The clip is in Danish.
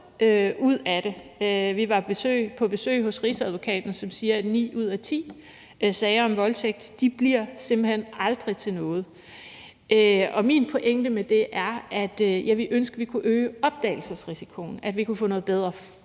Vi var på besøg hos Rigsadvokaten, som siger, at ni ud af ti sager om voldtægt simpelt hen aldrig bliver til noget. Min pointe med det er, at jeg ville ønske, at vi kunne øge opdagelsesrisikoen; at vi kunne få noget bedre